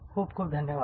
खूप खूप धन्यवाद